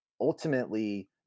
ultimately